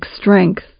strength